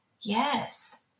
yes